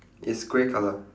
it's grey colour